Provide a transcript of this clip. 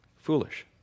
Foolish